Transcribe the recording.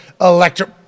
electric